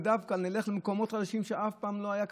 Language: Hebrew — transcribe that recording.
ודווקא נלך למקומות חדשים שאף פעם לא הייתה כשרות,